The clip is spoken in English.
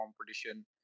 competition